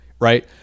right